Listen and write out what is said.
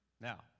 Now